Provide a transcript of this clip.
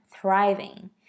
thriving